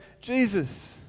Jesus